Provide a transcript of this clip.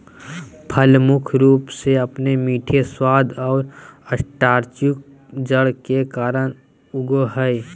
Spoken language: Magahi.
फसल मुख्य रूप से अपने मीठे स्वाद और स्टार्चयुक्त जड़ के कारन उगैय हइ